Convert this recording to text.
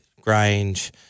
Grange